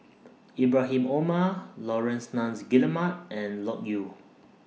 Ibrahim Omar Laurence Nunns Guillemard and Loke Yew